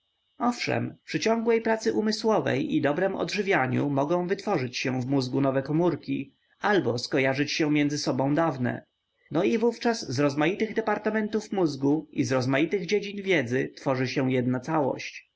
organizm owszem przy ciągłej pracy umysłowej i dobrem odżywianiu mogą wytworzyć się w mózgu nowe komórki albo skojarzyć się między sobą dawne no i wówczas z rozmaitych departamentów mózgu i z rozmaitych dziedzin wiedzy tworzy się jedna całość